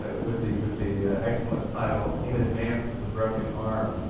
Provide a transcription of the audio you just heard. with the with the excellent title, in advance of the broken arm.